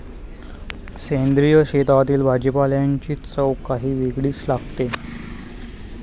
सेंद्रिय शेतातील भाजीपाल्याची चव काही वेगळीच लागते